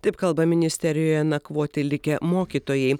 taip kalba ministerijoje nakvoti likę mokytojai